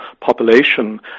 population